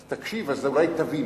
אז תקשיב, אז אולי תבין.